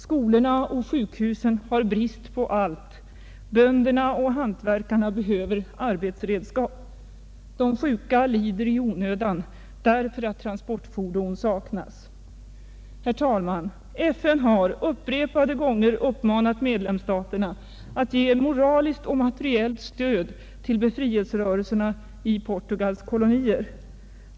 Skolorna och sjukhusen lider brist på allt. Bönderna och hantverkarna behöver arbetsredskap. De sjuka lider i onödan, därför att transportfordon saknas. Herr talman! FN har upprepade gånger uppmanat medlemsstaterna att ge moraliskt och materiellt stöd till befrielserörelserna i Portugals kolonier.